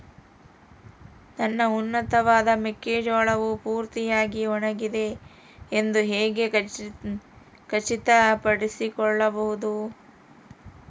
ನನ್ನ ಉತ್ಪನ್ನವಾದ ಮೆಕ್ಕೆಜೋಳವು ಪೂರ್ತಿಯಾಗಿ ಒಣಗಿದೆ ಎಂದು ಹೇಗೆ ಖಚಿತಪಡಿಸಿಕೊಳ್ಳಬಹುದು?